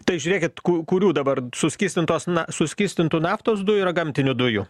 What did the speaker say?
tai žiūrėkit ku kurių dabar suskystintos na suskystintų naftos dujų ir gamtinių dujų